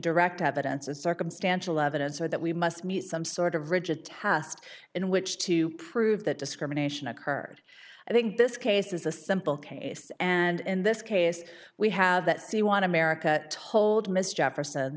direct evidence is circumstantial evidence so that we must meet some sort of rigid task in which to prove that discrimination occurred i think this case is a simple case and in this case we have that we want america told